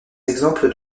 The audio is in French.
exemples